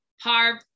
harb